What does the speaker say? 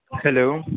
hello